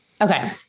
Okay